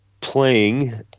playing